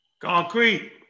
Concrete